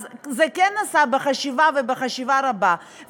אז זה כן נעשה בחשיבה, ובחשיבה רבה.